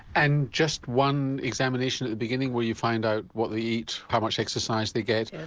and just one examination at the beginning where you find out what they eat, how much exercise they get,